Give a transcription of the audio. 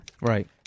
Right